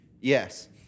Yes